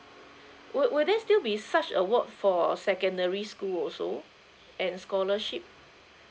wo~ would there still be such award for a secondary school also and scholarship